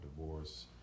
divorce